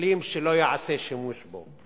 מייחלים שלא ייעשה שימוש בו.